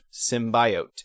Symbiote